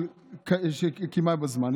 של קימה בזמן,